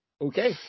Okay